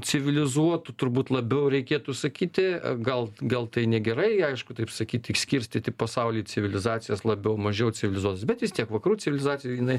civilizuotų turbūt labiau reikėtų sakyti gal gal tai negerai aišku taip sakyt taip skirstyti pasaulį į civilizacijas labiau mažiau civilizuotas bet jis tiek vakarų civilizacija jinai